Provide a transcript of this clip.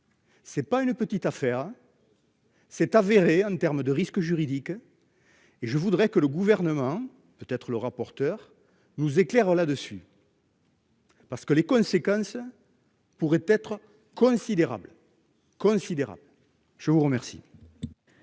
C'est pas une petite affaire. S'est avéré en termes de risques juridiques. Et je voudrais que le gouvernement peut être le rapporteur nous éclaire là-dessus. Parce que les conséquences. Pourraient être coïncide érable considérable. Je vous remercie.